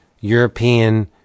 European